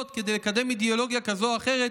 כדי לקדם אידיאולוגיה כזאת או אחרת